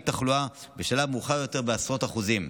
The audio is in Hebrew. תחלואה בשלב מאוחר יותר בעשרות אחוזים.